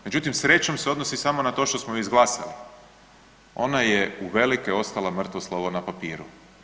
Međutim, srećom se odnosi samo na to što smo ju izglasali onda je uvelike ostala mrtvo slovo na papiru.